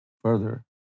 further